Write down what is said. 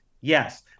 Yes